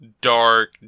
dark